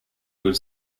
good